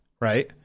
Right